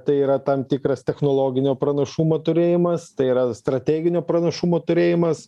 tai yra tam tikras technologinio pranašumo turėjimas tai yra strateginio pranašumo turėjimas